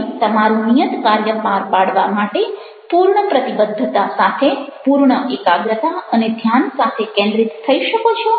તમે તમારું નિયત કાર્ય પાર પાડવા માટે પૂર્ણ પ્રતિબદ્ધતા સાથે પૂર્ણ એકાગ્રતા અને ધ્યાન સાથે કેન્દ્રિત થઇ શકો છો